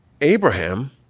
Abraham